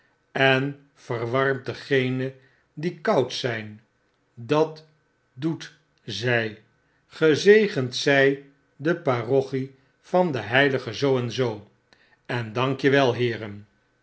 en verwarmt degenen die koud zp dat doet zy gezegend zij de parochie van de heilige zoo en zoo en dank je wel heeren